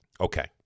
Okay